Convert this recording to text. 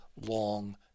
long